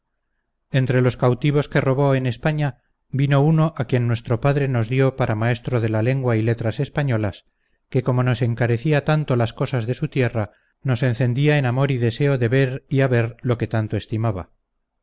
entre los cautivos que robó en españa vino uno a quien nuestro padre nos dio para maestro de la lengua y letras españolas que como nos encarecía tanto las cosas de su tierra nos encendía en amor y deseo deber y haber lo que tanto estimaba